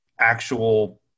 actual